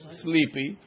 sleepy